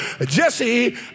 Jesse